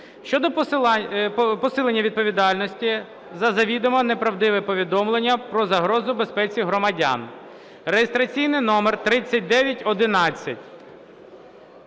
щодо посилення відповідальності за завідомо неправдиве повідомлення про загрозу безпеці громадян (реєстраційний номер 3911).